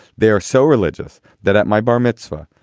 they are so religious that at my bar mitzvah,